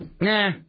Nah